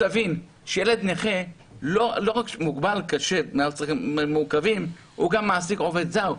ילד נכה מוגבל קשה בעל צרכים מורכבים הוא גם מעסיק עובד זר,